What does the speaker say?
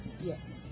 Yes